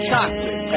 Chocolate